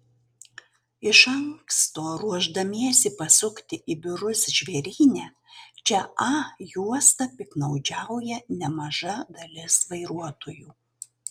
iš anksto ruošdamiesi pasukti į biurus žvėryne čia a juosta piktnaudžiauja nemaža dalis vairuotojų